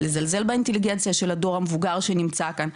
לזלזל באינטליגנציה של הדור המבוגר שנמצא כאן,